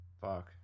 Fuck